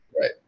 right